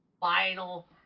final